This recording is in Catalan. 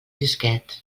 disquet